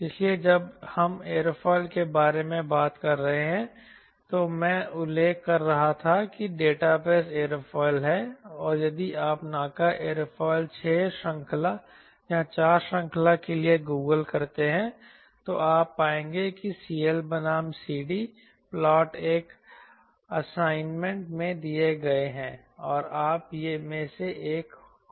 इसलिए जब हम एयरोफिल के बारे में बात कर रहे हैं तो मैं उल्लेख कर रहा था कि एक डेटाबेस NACA एयरोफिल है और यदि आप NACA एयरोफिल 6 श्रृंखला या 4 श्रृंखला के लिए गूगल करते हैं तो आप पाएंगे कि CL बनाम CD प्लॉट एक असाइनमेंट में दिए गए हैं या आप में से एक को जानते हैं